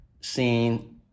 seen